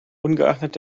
ungeachtet